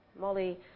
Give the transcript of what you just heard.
Molly